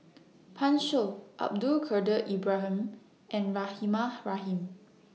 Pan Shou Abdul Kadir Ibrahim and Rahimah Rahim